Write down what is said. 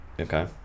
Okay